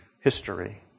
history